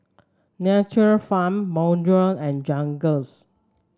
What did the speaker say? Nature Farm Bonjour and Jergens